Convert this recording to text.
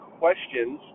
questions